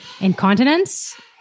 incontinence